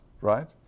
right